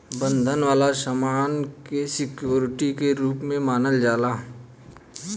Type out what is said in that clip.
बंधक वाला सामान के सिक्योरिटी के रूप में मानल जाला